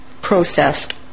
Processed